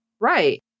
Right